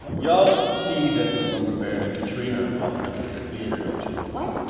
y'all see that the lumber baron and katrina are walking up to the theatre, don't ya? what?